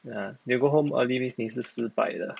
ya they go home early means 你是失败的